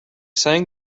sang